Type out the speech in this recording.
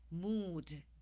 mood